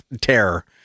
Terror